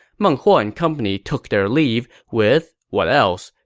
meng huo and company took their leave with, what else,